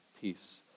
peace